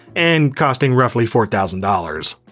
and costing roughly four thousand dollars.